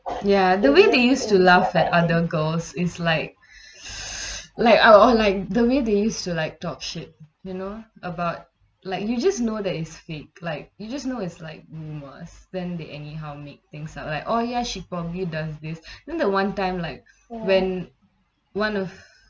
ya the way they used to laugh at other girls it's like like I uh like the way they used to like talk shit you know about like you just know that it's fake like you just know it's like mm was then they anyhow make things up like oh yes she probably does this then the one time like when one of